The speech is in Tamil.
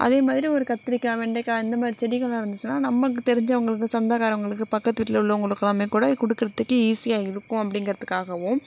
அதே மாதிரி ஒரு கத்திரிக்காய் வெண்டைக்காய் அந்த மாதிரி செடிகள் வளர்ந்துச்சின்னா நம்மளுக்கு தெரிஞ்சவங்களுக்கு சொந்தக்காரங்களுக்கு பக்கத்து வீட்டில் உள்ளவங்களுக்கெல்லாமே கூட கொடுக்கறதுக்கு ஈஸியாக இருக்கும் அப்படிங்கிறதுக்காகவும்